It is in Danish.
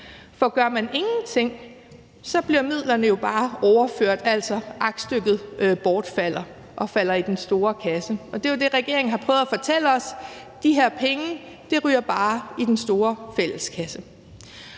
For gør man ingenting, bliver midlerne jo bare overført – altså, aktstykket bortfalder og falder i den store kasse. Det er jo det, regeringen har prøvet at fortælle os, nemlig at de her penge bare ryger i den store fælleskasse.